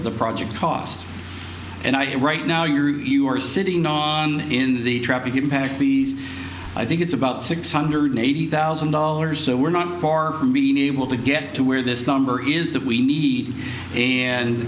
the project cost and i right now you're sitting on in the traffic impact these i think it's about six hundred eighty thousand dollars so we're not far from being able to get to where this number is that we we need and